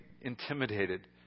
intimidated